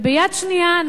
וביד שנייה,